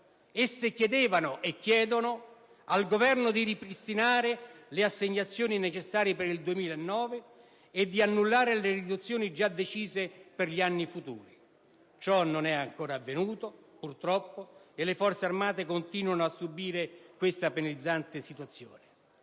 quali chiedevano e chiedono al Governo di ripristinare le assegnazioni necessarie per il 2009 e di annullare le riduzioni già decise per gli anni futuri. Ciò purtroppo non è ancora avvenuto e le Forze armate continuano a subire questa penalizzante situazione.